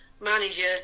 manager